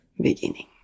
beginning